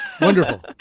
wonderful